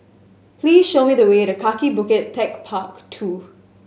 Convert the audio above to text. please show me the way to Kaki Bukit Techpark Two